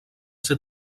ser